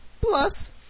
plus